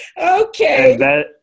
Okay